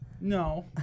No